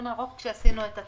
אני פותח את ישיבת ועדת הכספים.